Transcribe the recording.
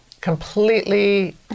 completely